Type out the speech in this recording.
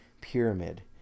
pyramid